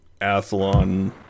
athlon